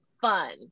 fun